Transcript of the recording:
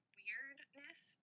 weirdness